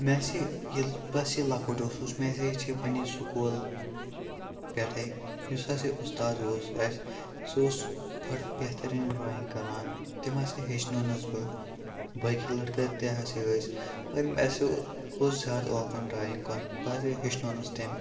مےٚ ہاسے ییٚلہِ بہٕ ہاسے لۄکُٹ اوسُس مےٚ ہاسے ہیٚچھے پنٛنہِ سکوٗل پٮ۪ٹھَے یُس ہاسے اُستاد اوس اَسہِ سُہ اوس بَڑٕ بہتریٖن ڈرٛایِنٛگ کَران تٔمۍ ہاسے ہیٚچھنونَس بہٕ باقی لٔڑکہٕ تہِ ہاسے ٲسۍ مگر مےٚ ہاسے اوس زیادٕ اوکُن ڈرٛایِنٛگ کُن بہٕ ہاسے ہیٚچھنونَس تٔمۍ